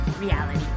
Reality